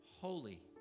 holy